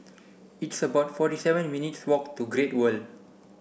it's about forty seven minutes' walk to Great World